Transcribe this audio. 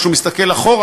אבל כשהוא מסתכל אחורה,